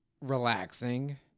relaxing